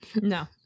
No